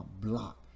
block